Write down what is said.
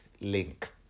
link